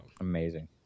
Amazing